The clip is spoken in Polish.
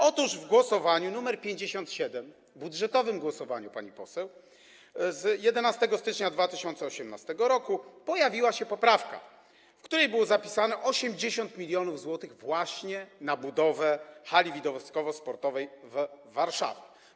Otóż w głosowaniu nr 57, budżetowym głosowaniu, pani poseł, z 11 stycznia 2018 r. pojawiła się poprawka, w której było zapisane 80 mln zł właśnie na budowę hali widowiskowo-sportowej w Warszawie.